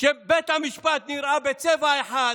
שבית המשפט נראה בצבע אחד,